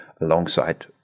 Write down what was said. alongside